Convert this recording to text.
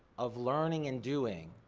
of learning and doing,